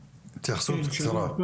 בקצרה.